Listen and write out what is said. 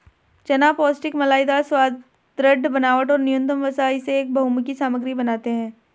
चना पौष्टिक मलाईदार स्वाद, दृढ़ बनावट और न्यूनतम वसा इसे एक बहुमुखी सामग्री बनाते है